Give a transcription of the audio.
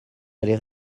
allez